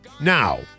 now